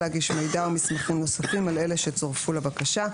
להגיש מידע או מסמכים נוספים על אלה שצורפו לבקשה.